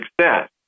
success